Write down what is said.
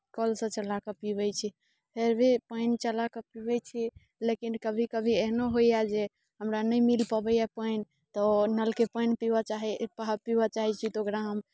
कलसँ चला कऽ पीबै छी फिर भी पानि चला कऽ पीबैत छी लेकिन कभी कभी एहनो होइए जे हमरा नहि मिल पबैए पानि तऽ नलके पानि पीबय पीबय चाहैत छी तऽ ओकरा हम